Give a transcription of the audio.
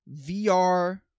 VR